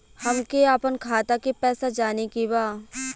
हमके आपन खाता के पैसा जाने के बा